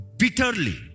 bitterly